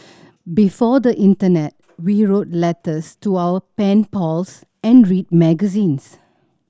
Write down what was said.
before the internet we wrote letters to our pen pals and read magazines